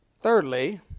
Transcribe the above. Thirdly